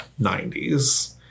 90s